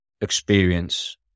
experience